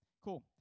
Cool